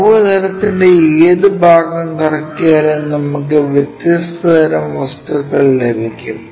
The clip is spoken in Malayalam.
കർവ് തലത്തിന്റെ ഏതു ഭാഗം കറക്കിയാലും നമുക്ക് വ്യത്യസ്ത തരം വസ്തുക്കൾ ലഭിക്കും